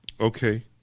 Okay